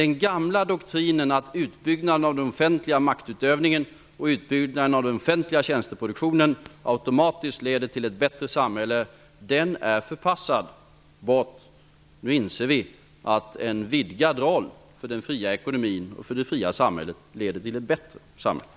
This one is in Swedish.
Den gamla doktrinen att utbyggnaden av den offentliga maktutövningen och utbyggnaden av den offentliga tjänsteproduktionen automatiskt leder till ett bättre samhälle är förpassad bort. Nu inser vi att en vidgad roll för den fria ekonomin och det fria samhället leder till ett bättre samhälle.